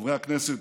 חברי הכנסת,